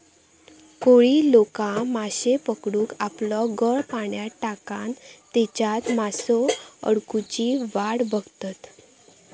कोळी लोका माश्ये पकडूक आपलो गळ पाण्यात टाकान तेच्यात मासो अडकुची वाट बघतत